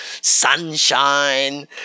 sunshine